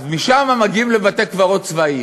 אז משם מגיעים לבתי-קברות צבאיים.